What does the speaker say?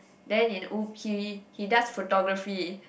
then in ub~ he he does photography